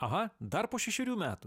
aha dar po šešerių metų